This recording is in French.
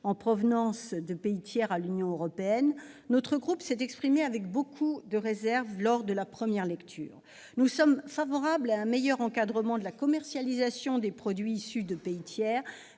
en provenance de pays tiers à l'Union européenne, notre groupe avait exprimé de nombreuses réserves lors de la première lecture. Nous sommes favorables à un meilleur encadrement de la commercialisation des produits issus de pays tiers,